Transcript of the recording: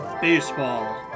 Baseball